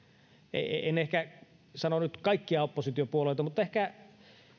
en ehkä sano nyt kaikkia oppositiopuolueita mutta ehkä